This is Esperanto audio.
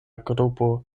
grupo